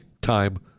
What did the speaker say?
time